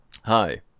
hi